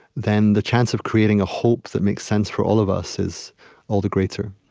then the chance of creating a hope that makes sense for all of us is all the greater